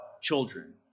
children